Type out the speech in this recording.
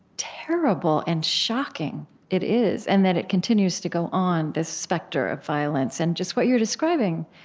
terrible and shocking it is and that it continues to go on, this specter of violence and just what you're describing,